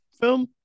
film